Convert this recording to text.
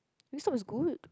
this stop is good